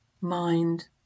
mind